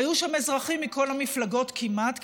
היו שם אזרחים מכל המפלגות כמעט,